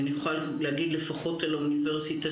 אני יכולה להגיד לפחות על האוניברסיטה